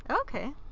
Okay